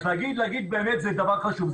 אז להגיד זה דבר חשוב,